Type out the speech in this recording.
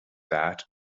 that